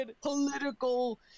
political